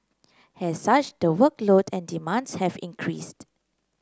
as such the workload and demands have increased